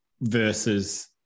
versus